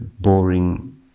boring